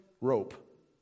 rope